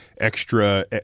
extra